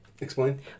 Explain